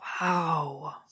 Wow